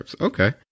Okay